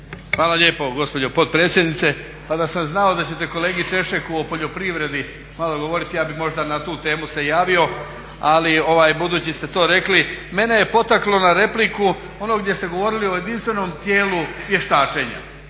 Hvala lijepo gospođo potpredsjednice. Pa da sam znao da ćete kolegi Češeku o poljoprivredi malo govoriti ja bih možda na tu temu se javio, ali budući ste to rekli mene je potaklo na repliku ono gdje ste govorili o jedinstvenom tijelu vještačenja.